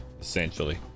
essentially